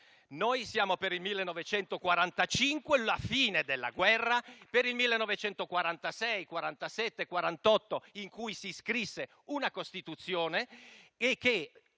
Noi siamo per il 1945, la fine della guerra, per il 1946, il 1947 e il 1948, in cui si scrisse la Costituzione e anche